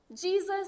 Jesus